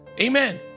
Amen